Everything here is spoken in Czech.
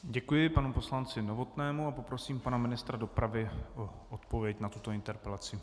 Děkuji panu poslanci Novotnému a poprosím pana ministra dopravy o odpověď na tuto interpelaci.